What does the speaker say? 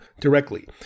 directly